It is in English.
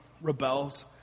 rebels